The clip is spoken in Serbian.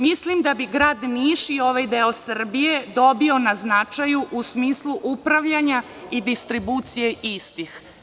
Mislim da bi Grad Niš i ovaj deo Srbije dobio na značaju u smislu upravljanja i distribucije istih.